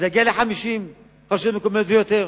וזה יגיע ל-50 רשויות מקומיות ויותר,